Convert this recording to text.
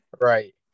Right